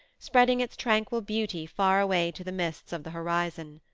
spreading its tranquil beauty far away to the mists of the horizon.